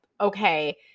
Okay